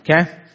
okay